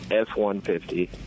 F-150